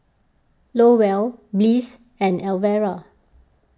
Lowell Bliss and Alvera